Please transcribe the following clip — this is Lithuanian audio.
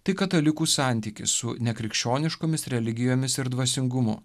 tai katalikų santykis su nekrikščioniškomis religijomis ir dvasingumu